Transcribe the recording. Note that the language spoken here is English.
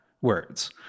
words